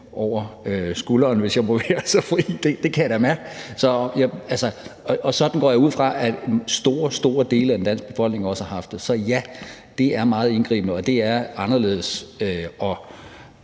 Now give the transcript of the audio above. over skulderen, hvis jeg må være så fri – det kan jeg da mærke. Og sådan går jeg ud fra, at store, store dele af den danske befolkning også har haft det. Så ja, det er meget indgribende, og det er anderledes